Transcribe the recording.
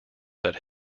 that